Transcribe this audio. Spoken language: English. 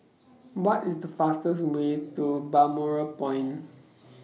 What IS The fastest Way to Balmoral Point